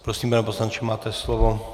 Prosím, pane poslanče, máte slovo.